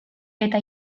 eta